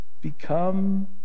become